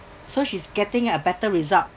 so she's getting a better result